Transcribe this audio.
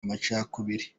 amacakubiri